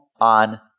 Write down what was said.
on